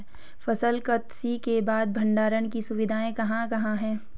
फसल कत्सी के बाद भंडारण की सुविधाएं कहाँ कहाँ हैं?